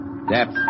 Depth